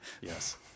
yes